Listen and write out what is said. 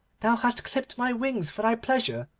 thou hast clipt my wings for thy pleasure.